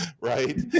right